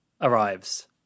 arrives